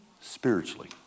spiritually